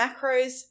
macros